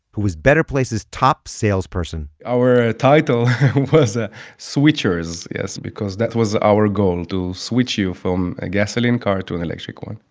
who was better place's top salesperson our title was ah switchers, yes? because that was our goal to switch you from a gasoline car to an electric one.